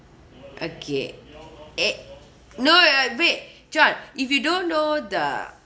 okay eh no uh wait john if you don't know the